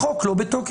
החוק לא בתוקף,